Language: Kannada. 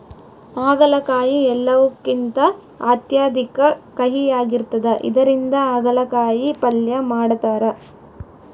ಆಗಲಕಾಯಿ ಎಲ್ಲವುಕಿಂತ ಅತ್ಯಧಿಕ ಕಹಿಯಾಗಿರ್ತದ ಇದರಿಂದ ಅಗಲಕಾಯಿ ಪಲ್ಯ ಮಾಡತಾರ